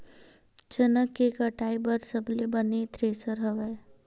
चना के कटाई बर सबले बने थ्रेसर हवय?